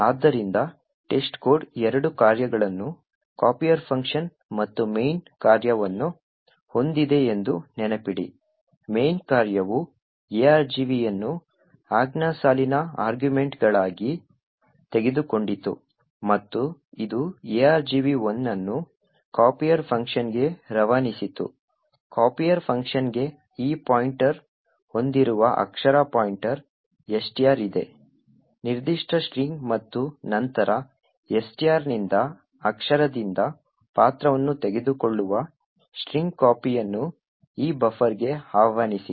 ಆದ್ದರಿಂದ testcode ಎರಡು ಕಾರ್ಯಗಳನ್ನು copier ಫಂಕ್ಷನ್ ಮತ್ತು main ಕಾರ್ಯವನ್ನು ಹೊಂದಿದೆಯೆಂದು ನೆನಪಿಡಿ main ಕಾರ್ಯವು argv ಯನ್ನು ಆಜ್ಞಾ ಸಾಲಿನ ಆರ್ಗ್ಯುಮೆಂಟ್ಗಳಾಗಿ ತೆಗೆದುಕೊಂಡಿತು ಮತ್ತು ಇದು argv 1 ಅನ್ನು copier ಫಂಕ್ಷನ್ಗೆ ರವಾನಿಸಿತು copier ಫಂಕ್ಷನ್ಗೆ ಈ ಪಾಯಿಂಟರ್ ಹೊಂದಿರುವ ಅಕ್ಷರ ಪಾಯಿಂಟರ್ STR ಇದೆ ನಿರ್ದಿಷ್ಟ ಸ್ಟ್ರಿಂಗ್ ಮತ್ತು ನಂತರ STR ನಿಂದ ಅಕ್ಷರದಿಂದ ಪಾತ್ರವನ್ನು ತೆಗೆದುಕೊಳ್ಳುವ strcpy ಅನ್ನು ಈ ಬಫರ್ಗೆ ಆಹ್ವಾನಿಸಿ